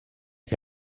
che